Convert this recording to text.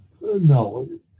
no